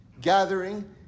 gathering